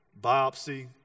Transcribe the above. biopsy